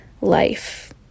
life